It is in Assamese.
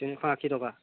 তিনিশ আশীটকা